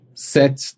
Set